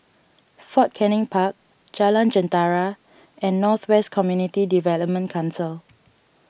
Fort Canning Park Jalan Jentera and North West Community Development Council